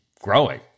growing